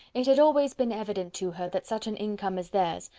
it had always been evident to her that such an income as theirs,